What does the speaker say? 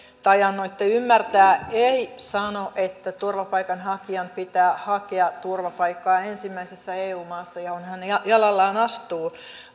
tai annoitte ymmärtää ei sano että turvapaikanhakijan pitää hakea turvapaikkaa ensimmäisessä eu maassa johon hän jalallaan astuu